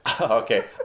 okay